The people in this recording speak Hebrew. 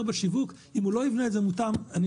בשיווק אם הוא לא יבנה את זה מותאם לא